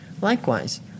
Likewise